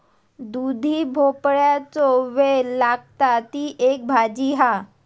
दुधी भोपळ्याचो वेल लागता, ती एक भाजी हा